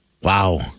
Wow